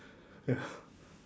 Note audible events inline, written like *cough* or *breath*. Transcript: ya *breath*